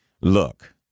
Look